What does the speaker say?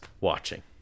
watching